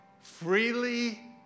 freely